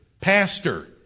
pastor